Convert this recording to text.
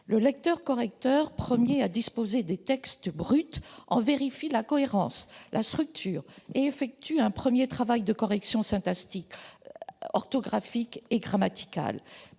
Le lecteur-correcteur, premier à disposer des textes bruts, en vérifie la cohérence, la structure et effectue un premier travail de correction syntaxique, orthographique et grammatical.